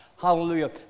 Hallelujah